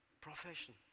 profession